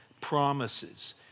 promises